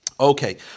Okay